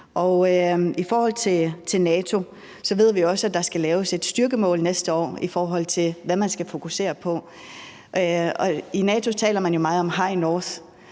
I forhold til NATO ved vi også, at der skal laves et styrkemål næste år, i forhold til hvad man skal fokusere på. I NATO taler man jo meget om High North,